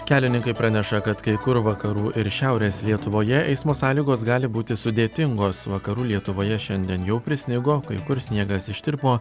kelininkai praneša kad kai kur vakarų ir šiaurės lietuvoje eismo sąlygos gali būti sudėtingos vakarų lietuvoje šiandien jau prisnigo o kai kur sniegas ištirpo